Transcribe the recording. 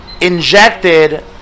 injected